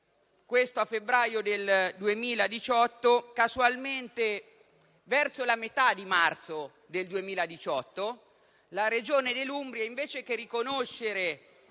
nel febbraio del 2018, ma casualmente, verso la metà di marzo del 2018, la Regione dell'Umbria, invece che riconoscere